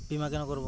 বিমা কেন করব?